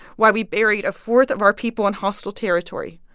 why we buried a fourth of our people in hostile territory,